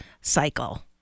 cycle